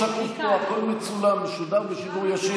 הכול שקוף פה, הכול מצולם, משודר בשידור ישיר.